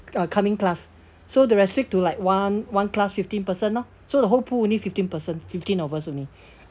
uh coming class so they restrict to like one one class fifteen person lor so the whole pool only fifteen person fifteen of us only